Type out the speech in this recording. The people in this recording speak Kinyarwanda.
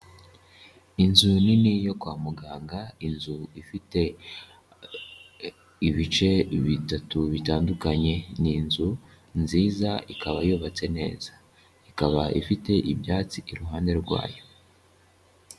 Inzu nini yo kwa muganga, inzu ifite ibice bitatu bitandukanye, ni inzu nziza ikaba yubatse neza, ikaba ifite ibyatsi iruhande rwayo.